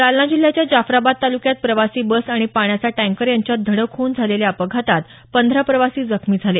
जालना जिल्ह्याच्या जाफ्राबाद तालुक्यात प्रवासी बस आणि पाण्याचा टँकर यांच्या धडक होऊन झालेल्या अपघातात पंधरा प्रवासी जखमी झाले